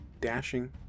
Dashing